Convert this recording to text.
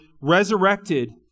resurrected